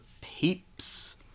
heaps